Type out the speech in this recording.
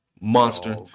monster